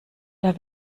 der